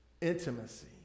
Intimacy